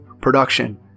production